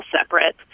separate